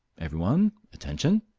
every one, attention!